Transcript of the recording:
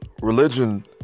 religion